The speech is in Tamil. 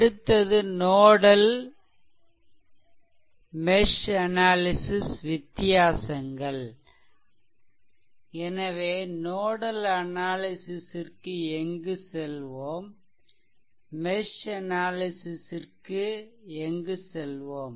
அடுத்தது நோடல் மெஷ் அனாலிசிஷ் வித்தியாசங்கள் எனவே நோடல் அனாலிசிஷ் ற்கு எங்கு செல்வோம் மெஷ் அனாலிசிஷ் ற்கு எங்கு செல்வோம்